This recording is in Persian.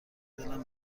دلم